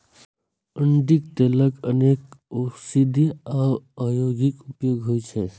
अरंडीक तेलक अनेक औषधीय आ औद्योगिक उपयोग होइ छै